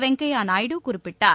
வெங்கைய நாயுடு குறிப்பிட்டார்